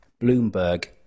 Bloomberg